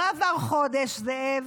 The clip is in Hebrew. לא עבר חודש, זאב,